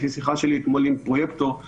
לפי השיחה שלי אתמול עם הפרויקטור, הפרופ'